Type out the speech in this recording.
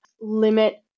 limit